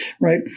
right